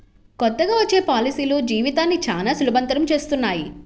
కొత్తగా వచ్చే పాలసీలు జీవితాన్ని చానా సులభతరం చేస్తున్నాయి